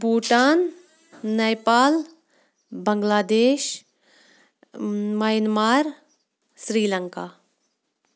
Bhutan Nepal Bangladesh Myanmar Sri Lanka